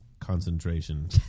concentration